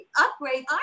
upgrade